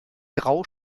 grau